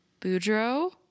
Boudreaux